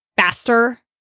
Faster